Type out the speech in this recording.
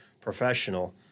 professional